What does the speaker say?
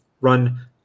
run